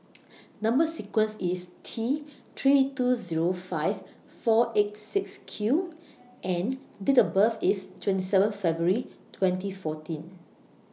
Number sequence IS T three two Zero five four eight six Q and Date of birth IS twenty seven February twenty fourteen